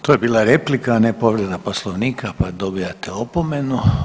To je bila replika, a ne povreda Poslovnika pa dobijate opomenu.